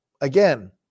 again